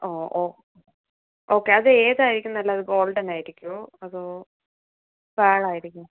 O okay okay അതേ ഏതായിരിക്കും നല്ലത് ഗോൾഡൻ ആയിരിക്കുമോ അതോ പേൾ ആയിരിക്കുമോ